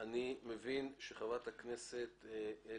חברת הכנסת יעל